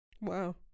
Wow